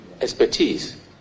expertise